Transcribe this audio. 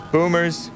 Boomers